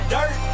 Dirt